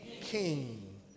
king